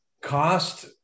cost